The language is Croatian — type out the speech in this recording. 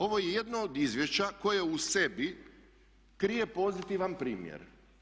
Ovo je jedno od izvješća koje u sebi krije pozitivan primjer.